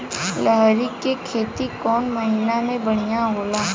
लहरी के खेती कौन महीना में बढ़िया होला?